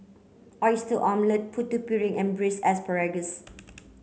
oyster omelette Putu Piring and braise asparagus